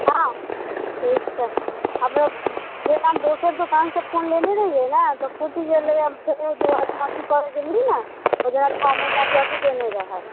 हँ ठीक छै आब जेना दोसर दुकानसँ फोन लेने रहियै ने तऽ फुटि गेलै तऽ दुबारा अथी करऽ गेलियै ने तऽ छओ महीनाके अथी देने रहऽ